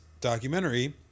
documentary